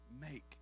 make